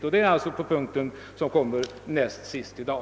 Detta gäller alltså den näst sista punkten i utlåtandet.